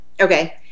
okay